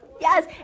Yes